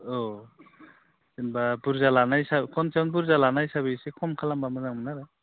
औ जेनेबा बुरजा लानाय हिसाबै खनसेयावनो बुरजा लानाय हिसाबै एसे खम खालामब्ला मोजांमोन आरो